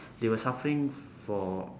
they were suffering for